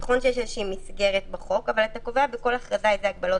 נכון שיש איזושהי מסגרת בחוק אבל אתה קובע בכל הכרזה איזה הגבלות